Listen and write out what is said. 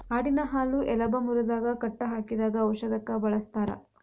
ಆಡಿನ ಹಾಲು ಎಲಬ ಮುರದಾಗ ಕಟ್ಟ ಹಾಕಿದಾಗ ಔಷದಕ್ಕ ಬಳಸ್ತಾರ